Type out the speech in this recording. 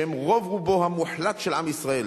שהם רוב רובו המוחלט של עם ישראל,